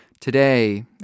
Today